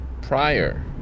prior